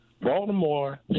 Baltimore